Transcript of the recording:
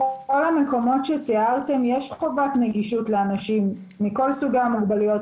בכל המקומות שתארתם יש חובת נגישות לאנשים עם כל סוגי המוגבלויות,